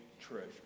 treasure